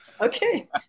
Okay